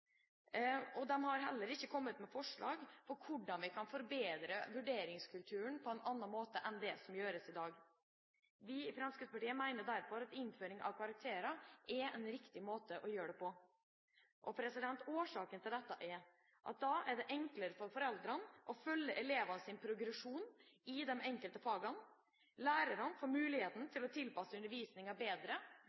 har heller ikke kommet med forslag til hvordan vi kan forbedre vurderingskulturen i forhold til det som gjøres i dag. Vi i Fremskrittspartiet mener at innføring av karakterer er en riktig måte å gjøre det på. Årsaken til dette er at da er det enklere for foreldrene å følge elevenes progresjon i de enkelte fagene, lærerne får mulighet til å tilpasse undervisninga bedre,